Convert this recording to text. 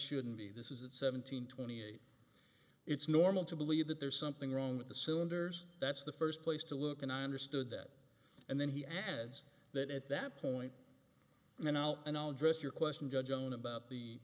shouldn't be this is that seven hundred twenty eight it's normal to believe that there's something wrong with the cylinders that's the first place to look and i understood that and then he adds that at that point and then i'll and i'll just your question judge joan about the